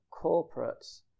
corporates